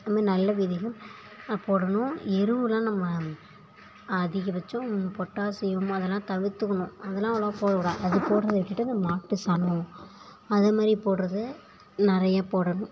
அதுமாரி நல்ல விதைகள் போடணும் எருவெலாம் நம்ம அதிகபட்சம் பொட்டாசியம் அதெல்லாம் தவிர்த்துக்கணும் அதெல்லாம் அவ்வளவாக போடக்கூடாது அது போடுறதை விட்டுவிட்டு இந்த மாட்டுச்சாணம் அதைமேரி போடுறது நிறைய போடணும்